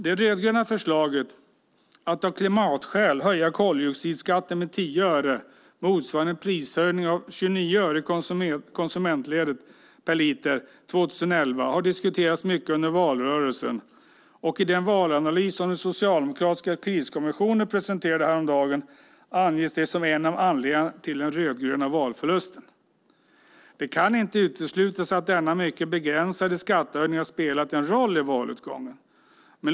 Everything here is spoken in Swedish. Det rödgröna förslaget att av klimatskäl höja koldioxidskatten med 10 öre motsvarande en prishöjning av 29 öre i konsumentledet per liter bensin 2011 diskuterades mycket under valrörelsen. I den valanalys som den socialdemokratiska kriskommissionen presenterade häromdagen anges det som en av anledningarna till den rödgröna valförlusten. Det kan inte uteslutas att denna mycket begränsade skattehöjning spelade en roll i valutgången.